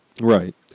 Right